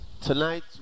Tonight